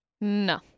No